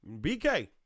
BK